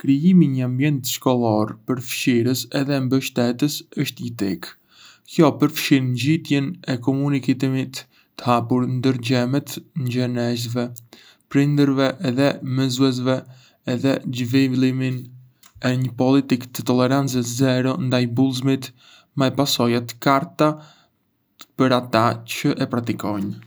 Krijimi i një ambienti shkollor përfshirës edhe mbështetës është jetik. Kjo përfshin nxitjen e komunikimit të hapur ndërmjet nxënësve, prindërve edhe mësuesve edhe zhvillimin e një politike të tolerancës zero ndaj bullizmit, me pasoja të qarta për ata çë e praktikojnë.